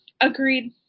agreed